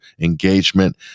engagement